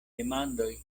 demandoj